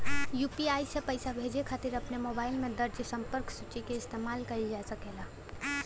UPI से पइसा भेजे खातिर अपने मोबाइल में दर्ज़ संपर्क सूची क इस्तेमाल कइल जा सकल जाला